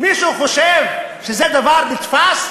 מישהו חושב שזה דבר נתפס?